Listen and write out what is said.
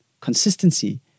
consistency